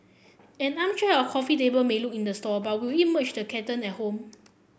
an armchair or coffee table may look in the store but will it match the curtain at home